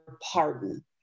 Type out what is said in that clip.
pardon